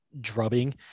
drubbing